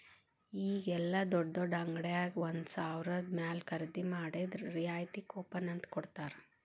ಈಗ ಯೆಲ್ಲಾ ದೊಡ್ಡ್ ದೊಡ್ಡ ಅಂಗಡ್ಯಾಗ ಒಂದ ಸಾವ್ರದ ಮ್ಯಾಲೆ ಖರೇದಿ ಮಾಡಿದ್ರ ರಿಯಾಯಿತಿ ಕೂಪನ್ ಅಂತ್ ಕೊಡ್ತಾರ